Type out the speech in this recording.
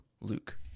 Luke